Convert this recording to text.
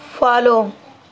follow